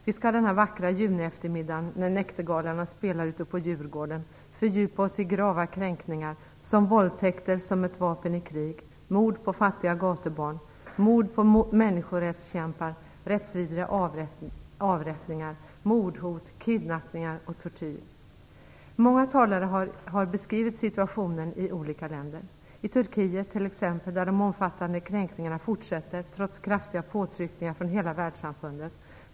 Vi skall denna vackra junieftermiddag, när näktergalarna spelar ute på Djurgården, fördjupa oss i grava kränkningar, som våldtäkter som ett vapen i krig, mord på fattiga gatubarn, mord på människorättskämpar, rättsvidriga avrättningar, mordhot, kidnappningar och tortyr. Många talare har beskrivit situationen i olika länder, t.ex. i Turkiet, där de omfattande kränkningarna fortsätter trots kraftiga påtryckningar från hela världssamfundet.